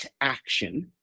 action